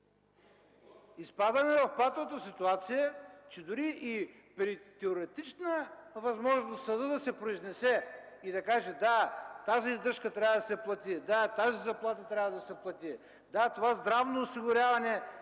Изпадаме в патовата ситуация, че дори и при теоретична възможност съдът да се произнесе и да каже: „Да, тази издръжка трябва да се плати”, „Да, тази заплата трябва да се плати”, „Да, това здравно осигуряване